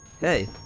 Hey